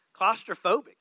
claustrophobic